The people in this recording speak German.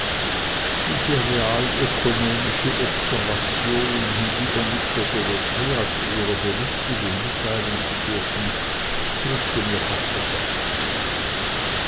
diese realökonomische observation hinwieder nicht der dorothea zu ihrer belustigung mitteilen zu dürfen drückte mir fast das herz ab